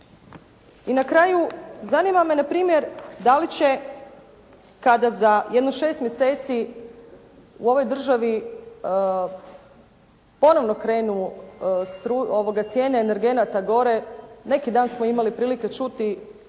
I na kraju zanima me na primjer, da li će kada za jedno šest mjeseci u ovoj državi ponovno krenu cijene energenata gore. Neki dan smo imali prilike čuti